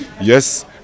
yes